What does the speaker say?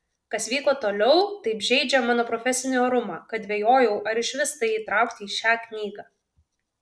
kas vyko toliau taip žeidžia mano profesinį orumą kad dvejojau ar išvis tai įtraukti į šią knygą